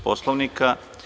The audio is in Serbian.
Poslovnika?